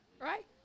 Right